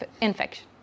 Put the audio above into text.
infection